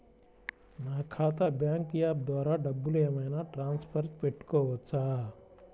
నా ఖాతా bank app ద్వారా డబ్బులు ఏమైనా ట్రాన్స్ఫర్ పెట్టుకోవచ్చా?